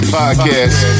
podcast